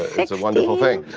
it's a wonderful thing.